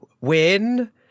win